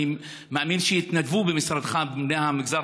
אני מאמין שיתנדבו במשרדך בני המגזר